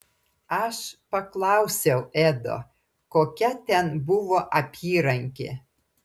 aš paklausiau edo kokia ten buvo apyrankė